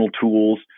tools